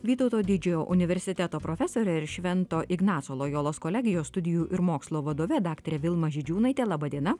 vytauto didžiojo universiteto profesoriui ir švento ignaco lojolos kolegijos studijų ir mokslo vadove daktare vilma žydžiūnaitė laba diena